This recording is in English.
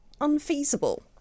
unfeasible